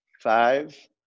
Five